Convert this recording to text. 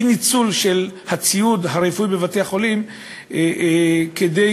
אי-ניצול של הציוד הרפואי בבתי-החולים כדי